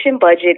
budget